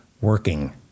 working